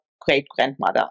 great-grandmother